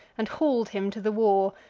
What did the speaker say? and haul'd him to the war,